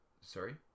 sorry